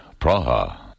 Praha